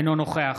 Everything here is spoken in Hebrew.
אינו נוכח